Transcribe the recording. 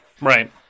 Right